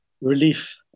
relief